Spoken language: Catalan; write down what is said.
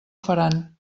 faran